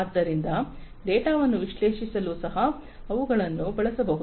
ಆದ್ದರಿಂದ ಡೇಟಾವನ್ನು ವಿಶ್ಲೇಷಿಸಲು ಸಹ ಅವುಗಳನ್ನು ಬಳಸಬಹುದು